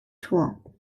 tor